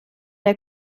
der